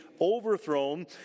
overthrown